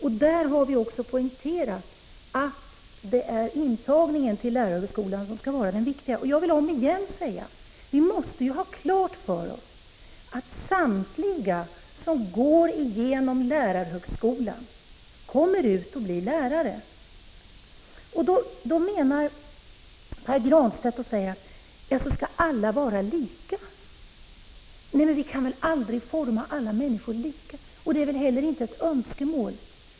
Vi har alltså poängterat att det är vid intagningen till lärarhögskolan som bedömningen skall ske. Jag vill återigen säga att vi måste ha klart för oss att målet är att samtliga som genomgår utbildning vid lärarhögskola skall kunna arbeta som lärare. Pär Granstedt säger då, att vi menar att alla lärare skall vara lika. Nej, vi kan aldrig forma alla människor lika. Det är heller inte något önskemål.